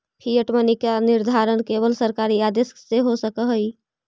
fiat money के निर्धारण केवल सरकारी आदेश से हो सकऽ हई